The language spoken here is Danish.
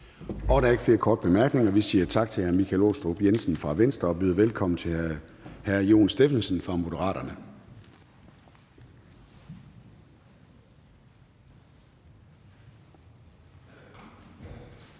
Der er ikke flere korte bemærkninger. Vi siger tak til hr. Michael Aastrup Jensen fra Venstre og byder velkommen til hr. Jon Stephensen fra Moderaterne.